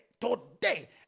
Today